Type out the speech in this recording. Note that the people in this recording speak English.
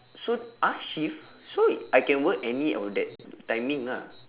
so !huh! shift so I can work any of that timing ah